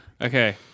Okay